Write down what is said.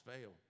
fail